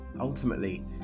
Ultimately